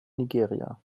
nigeria